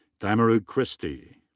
diarmuid christie.